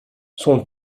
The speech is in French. son